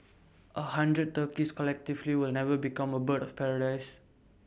A hundred turkeys collectively will never become A bird of paradise